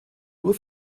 nur